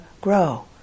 grow